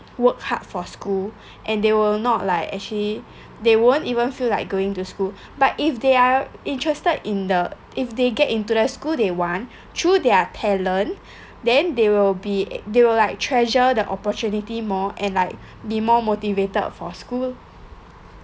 work hard for school and they will not like actually they won't even feel like going to school but if they are interested in the if they get into their school they want through their talent then they will be they will like treasure the opportunity more and like be more motivated for school